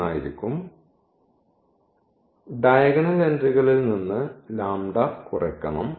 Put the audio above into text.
അതിനാൽ ഡയഗണൽ എൻട്രികളിൽ നിന്നും ഈ ലാംഡ കുറയ്ക്കണം